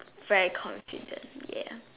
every confident ya